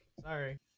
Sorry